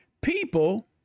people